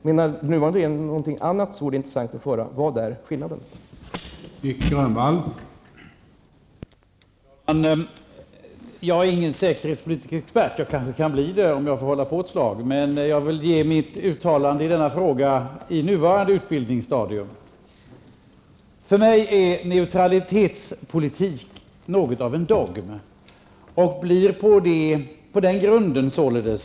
Menar den nuvarande regeringen någonting annat, vore det intressant att få höra vad skillnaden är.